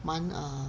蛮 err